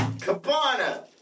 Cabana